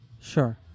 Sure